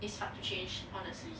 is hard to change honestly